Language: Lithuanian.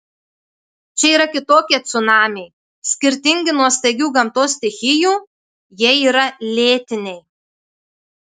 čia yra kitokie cunamiai skirtingi nuo staigių gamtos stichijų jie yra lėtiniai